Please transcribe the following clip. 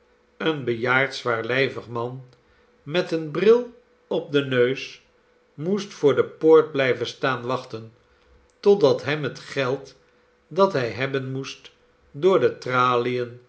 een bejaard zwaarlijvig man met een bril op den neus moest voor de poort blijven staan wachten totdat hem het geld dat hij hebben moest door de tralien